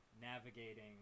navigating